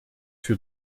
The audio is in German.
für